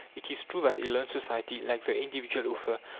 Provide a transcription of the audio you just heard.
it is true that a learned society, like the individual author,